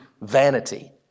vanity